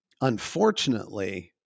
Unfortunately